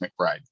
McBride